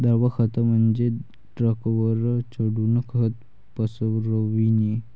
द्रव खत म्हणजे ट्रकवर चढून खत पसरविणे